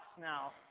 now